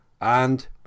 And